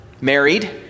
married